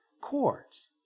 chords